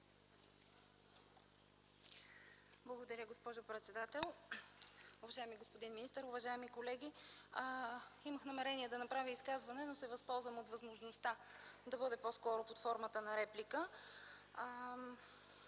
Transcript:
Благодаря, госпожо председател. Уважаеми господин министър, уважаеми колеги! Имах намерение да направя изказване, но се възползвам от възможността да бъде по-скоро под формата на реплика.